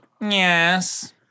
Yes